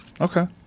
okay